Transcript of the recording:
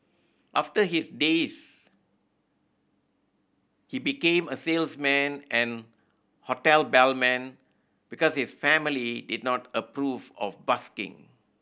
after his days he became a salesman and hotel bellman because his family did not approve of busking